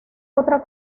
otra